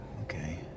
Okay